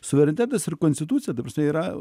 suverenitetas ir konstitucija ta prasme yra